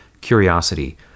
curiosity